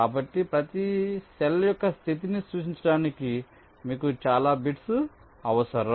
కాబట్టి ప్రతి సెల్ యొక్క స్థితిని సూచించడానికి మీకు చాలా బిట్స్ అవసరం